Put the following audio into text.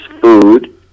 food